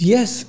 Yes